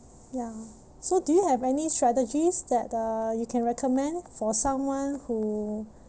ya so do you have any strategies that uh you can recommend for someone who